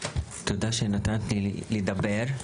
תודה שנתת לי לדבר.